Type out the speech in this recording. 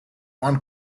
one